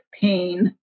pain